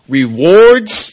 rewards